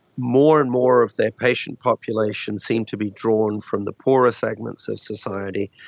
more and more of their patient population seem to be drawn from the poorer segments of society.